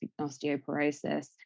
osteoporosis